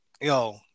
yo